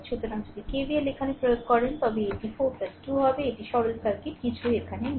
সুতরাং যদি KVLএখানে প্রয়োগ করেন তবে এটি 4 2 হবে এটি সরল সার্কিট কিছুই এখানে নেই